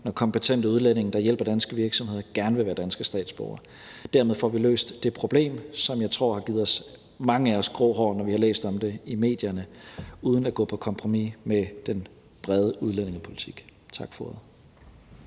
når kompetente udlændinge, der hjælper danske virksomheder, gerne vil være danske statsborgere. Dermed får vi løst det problem, som jeg tror har givet mange af os grå hår, når vi har læst om det i medierne, uden at gå på kompromis med den brede udlændingepolitik. Tak for ordet.